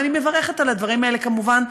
אני מברכת על הדברים האלה, כמובן.